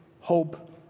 hope